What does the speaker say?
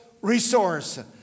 resource